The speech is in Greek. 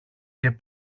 και